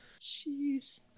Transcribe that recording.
Jeez